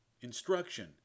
instruction